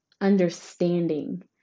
understanding